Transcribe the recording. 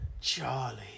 Charlie